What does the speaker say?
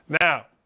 Now